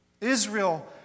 Israel